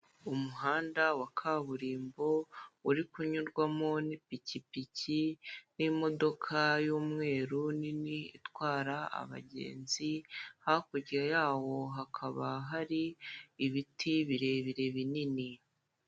Umuhanda wa kaburimbo uri kunyurwamo n'ipikipiki n'imodoka y'umweru nini itwara abagenzi hakurya yawo hakaba hari ibiti birebire binini.